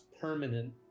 permanent